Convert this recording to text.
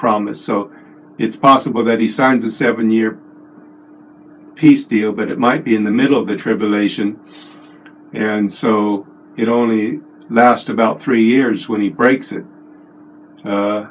promise so it's possible that he signs a seven year peace deal but it might be in the middle of the tribulation and so it only last about three years when he breaks it